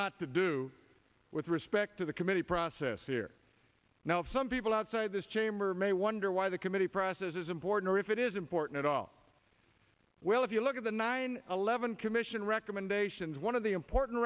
not to do with respect to the committee process here now if some people outside this chamber may wonder why the committee process is important or if it is important at all well if you look at the nine eleven commission recommendations one of the important